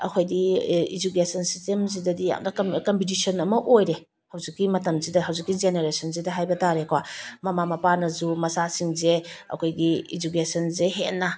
ꯑꯩꯈꯣꯏꯗꯤ ꯏꯖꯨꯀꯦꯁꯟ ꯁꯤꯁꯇꯦꯝꯁꯤꯗꯗꯤ ꯌꯥꯝꯅ ꯀꯝꯄꯤꯇꯤꯁꯟ ꯑꯃ ꯑꯣꯏꯔꯦ ꯍꯧꯖꯤꯛꯀꯤ ꯃꯇꯝꯁꯤꯗ ꯍꯧꯖꯤꯛꯀꯤ ꯖꯦꯅꯔꯦꯁꯟꯁꯤꯗ ꯍꯥꯏꯕ ꯇꯥꯔꯦꯀꯣ ꯃꯃꯥ ꯃꯄꯥꯅꯁꯨ ꯃꯆꯥꯁꯤꯡꯁꯦ ꯑꯩꯈꯣꯏꯒꯤ ꯏꯖꯨꯀꯦꯁꯟꯁꯦ ꯍꯦꯟꯅ